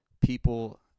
people